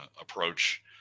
approach